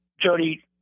Jody